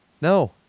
No